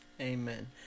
Amen